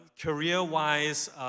Career-wise